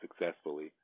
successfully